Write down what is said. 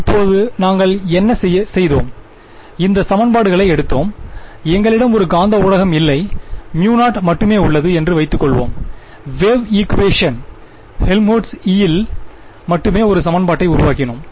இப்போது நாங்கள் என்ன செய்தோம் இந்த சமன்பாடுகளை எடுத்தோம் எங்களிடம் ஒரு காந்த ஊடகம் இல்லை μo மட்டுமே உள்ளது என்று வைத்துக் கொள்வோம் வேவ் ஈக்குவேஷன் ஹெல்ம்ஹோல்ட்ஸ் E இல் மட்டுமே ஒரு சமன்பாட்டை உருவாக்கினோம்